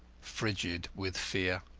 frigid with fear.